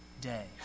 day